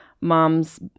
Mom's